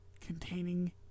containing